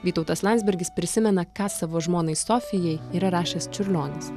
vytautas landsbergis prisimena ką savo žmonai sofijai yra rašęs čiurlionis